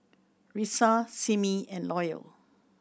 Risa Simmie and Loyal